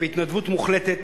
בהתנדבות מוחלטת,